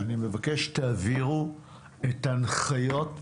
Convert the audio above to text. אני מבקש שתעבירו את ההנחיות,